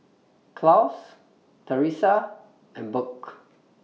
Claus Teresa and Burk